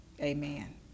Amen